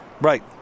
right